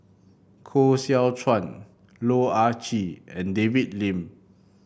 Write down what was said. Koh Seow Chuan Loh Ah Chee and David Lim